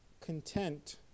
content